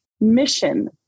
mission